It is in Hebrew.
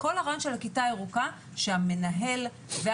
של הכיתה הירוקה שהמנהל והמורה,